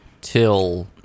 till